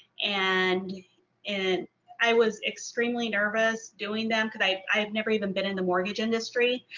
and and i was extremely nervous doing them because i i had never even been in the mortgage industry